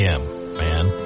man